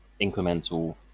Incremental